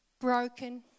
broken